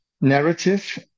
narrative